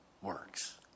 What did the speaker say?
works